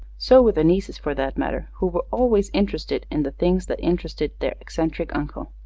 so were the nieces, for that matter, who were always interested in the things that interested their eccentric uncle.